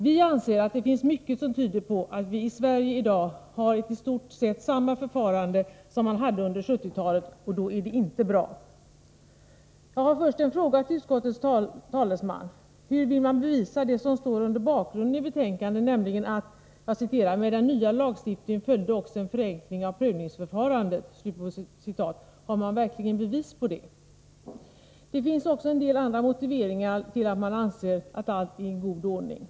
Vi anser att det finns mycket som tyder på att vi i dag i Sverige har i stort sett samma förfarande som man hade under 1970-talet, och då är det inte bra. Jag har en fråga till utskottets talesman: Hur vill man bevisa det som står under rubriken Bakgrund i betänkandet? Det skrivs nämligen så här: ”Med den nya lagstiftningen följde också en förenkling av prövningsförfarandet.” Har man verkligen bevis för det? Det finns också en del andra motiveringar till att man anser att allt är i god ordning.